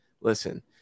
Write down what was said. Listen